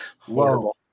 Whoa